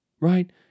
right